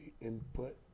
input